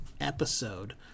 episode